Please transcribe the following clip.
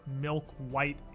milk-white